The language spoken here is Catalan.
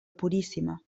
puríssima